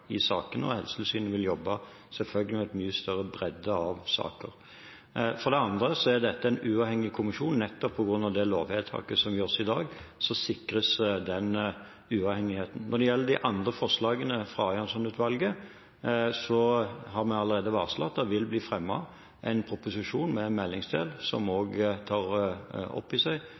i sakene. Helsetilsynet vil selvfølgelig jobbe med en mye større bredde av saker. For det andre er dette en uavhengig kommisjon. Nettopp på grunn av det lovvedtaket som gjøres i dag, sikres den uavhengigheten. Når det gjelder de andre forslagene fra Arianson-utvalget, har vi allerede varslet at det blir fremmet en proposisjon med en meldingsdel som også tar opp i seg